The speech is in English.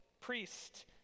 priest